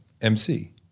MC